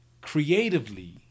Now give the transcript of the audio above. Creatively